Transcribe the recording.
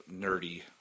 nerdy